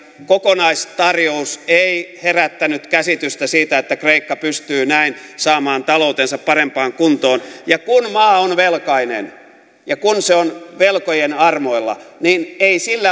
kokonaistarjous ei herättänyt käsitystä siitä että kreikka pystyy näin saamaan taloutensa parempaan kuntoon ja kun maa on velkainen ja kun se on velkojien armoilla niin ei sillä